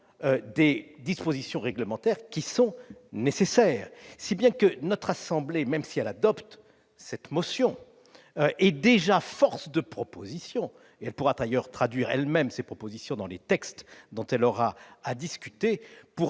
des dispositions réglementaires nécessaires. Notre assemblée, quand bien même elle adopterait cette motion, est donc déjà force de proposition. Elle pourra d'ailleurs traduire elle-même ses propositions dans les textes dont elle aura à discuter,